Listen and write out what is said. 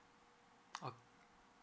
okay